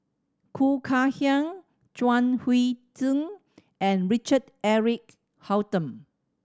Khoo Kay Hian Chuang Hui Tsuan and Richard Eric Holttum